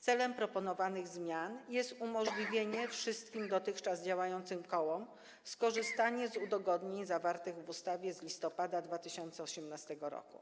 Celem proponowanych zmian jest umożliwienie wszystkim dotychczas działającym kołom skorzystania z udogodnień zawartych w ustawie z listopada 2018 r., zarówno